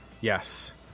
Yes